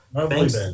Thanks